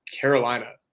Carolina